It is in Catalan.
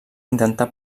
intentà